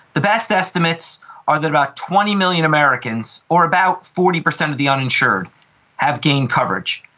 the best estimates are that about twenty million americans or about forty percent of the uninsured have gained coverage.